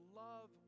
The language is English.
love